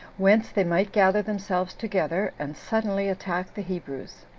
whence they might gather themselves together, and suddenly attack the hebrews.